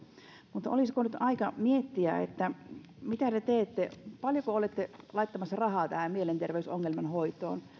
mutta olisiko nyt aika miettiä mitä te teette paljonko olette laittamassa rahaa tämän mielenterveysongelman hoitoon